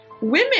Women